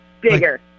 Bigger